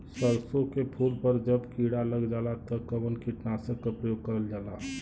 सरसो के फूल पर जब किड़ा लग जाला त कवन कीटनाशक क प्रयोग करल जाला?